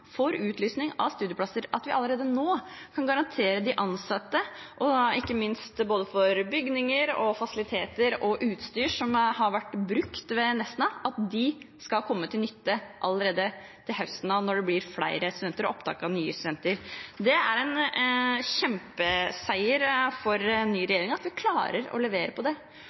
utlysning av studieplasser, at vi allerede nå kan garantere de ansatte at bygninger, fasiliteter og utstyr som har vært brukt ved Nesna, skal komme til nytte allerede fra høsten av, når det blir flere studenter og opptak av nye studenter. Det er en kjempeseier for den nye regjeringen at vi klarer å levere på det.